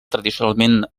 tradicionalment